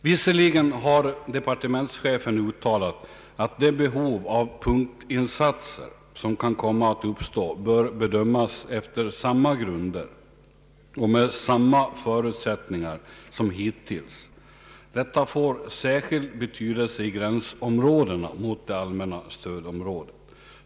Visserligen har departementschefen uttalat att det behov av punktinsatser som kan komma att uppstå bör bedömas efter samma grunder och med samma förutsättningar som hittills. Detta får särskild betydelse i de områden som gränsar till det allmänna stödområdet.